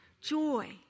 joy